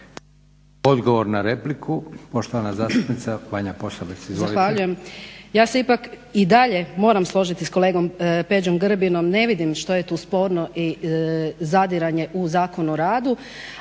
Odgovor na repliku, poštovana zastupnica Vanja Posavac. Izvolite.